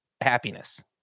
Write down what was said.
Happiness